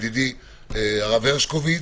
ידידי הרב הרשקוביץ,